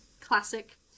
classic